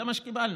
זה מה שקיבלנו.